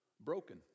broken